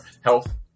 health